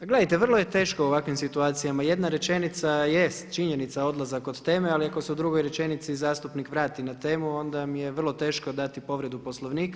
A gledajte vrlo je teško u ovakvim situacijama, jedna rečenica, jest činjenica, odlazak od teme ali ako se u drugoj rečenici zastupnik vrati na temu onda mi je vrlo teško dati povredu Poslovnika.